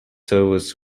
servers